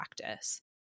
practice